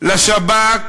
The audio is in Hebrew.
לשב"כ